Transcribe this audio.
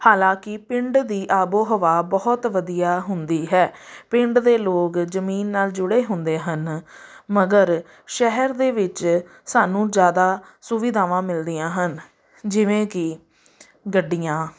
ਹਾਲਾਂਕਿ ਪਿੰਡ ਦੀ ਆਬੋ ਹਵਾ ਬਹੁਤ ਵਧੀਆ ਹੁੰਦੀ ਹੈ ਪਿੰਡ ਦੇ ਲੋਕ ਜ਼ਮੀਨ ਨਾਲ ਜੁੜੇ ਹੁੰਦੇ ਹਨ ਮਗਰ ਸ਼ਹਿਰ ਦੇ ਵਿੱਚ ਸਾਨੂੰ ਜ਼ਿਆਦਾ ਸੁਵਿਧਾਵਾਂ ਮਿਲਦੀਆਂ ਹਨ ਜਿਵੇਂ ਕਿ ਗੱਡੀਆਂ